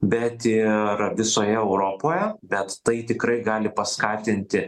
bet ir visoje europoje bet tai tikrai gali paskatinti